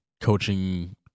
coaching